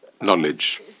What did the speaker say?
Knowledge